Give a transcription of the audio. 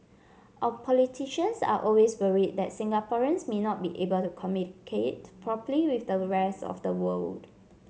our politicians are always worried that Singaporeans may not be able to communicate properly with the rest of the world